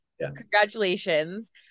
congratulations